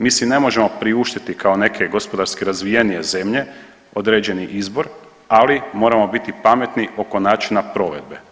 Mi si ne možemo priuštiti kao neke gospodarski razvijenije zemlje određeni izbor, ali moramo biti pametni oko načina provedbe.